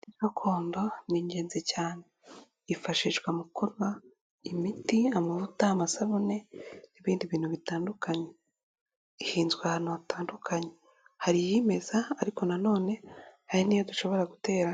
Imiti gakondo ni ingenzi cyane, yifashishwa mu kuba imiti, amavuta, amasabune, n'ibindi bintu bitandukanye, ihinzwe ahantu hatandukanye, hari iyimeza ariko nanone hari n'iyo dushobora gutera